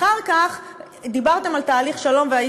אחר כך דיברתם על תהליך שלום,